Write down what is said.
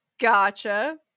Gotcha